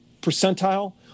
percentile